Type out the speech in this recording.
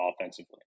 offensively